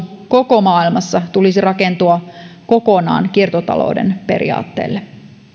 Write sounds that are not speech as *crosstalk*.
*unintelligible* koko maailmassa rakentua kokonaan kiertotalouden periaatteelle